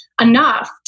enough